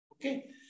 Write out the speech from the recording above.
okay